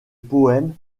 poèmes